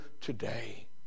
today